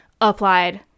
applied